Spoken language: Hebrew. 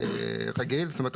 כמו שאתם רואים,